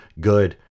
good